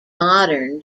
modern